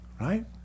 right